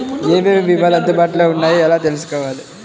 ఏమేమి భీమాలు అందుబాటులో వున్నాయో ఎలా తెలుసుకోవాలి?